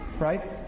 Right